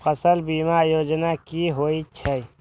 फसल बीमा योजना कि होए छै?